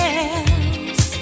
else